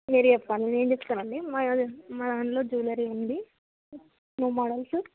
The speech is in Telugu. మీరు చెప్పండి నేను చెప్తాం అండి మా మా దాంట్లో జ్యువెలరీ ఉంది న్యూ మోడల్సు